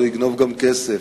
הוא יגנוב גם כסף,